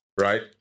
Right